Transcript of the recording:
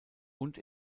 und